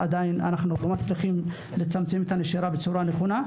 אנחנו עדיין לא מצליחים לצמצם את הנשירה בצורה נכונה,